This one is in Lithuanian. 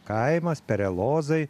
kaimas perelozai